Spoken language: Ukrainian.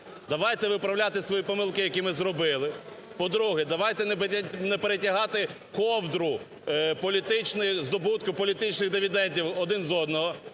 Давайте виправляти свої помилки, які ми зробили, по-друге, давайте не перетягати ковдру здобутку політичних дивідендів один з одного